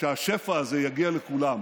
שהשפע הזה יגיע לכולם,